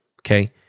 Okay